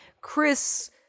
chris